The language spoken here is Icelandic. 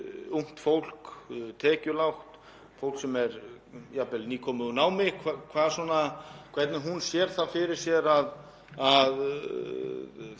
þessir hópar, þessir einstaklingar, þetta fólk, komist inn á húsnæðismarkaðinn. Er hún með tillögur að einhverjum leiðum hvað það varðar? Við þekkjum það vel að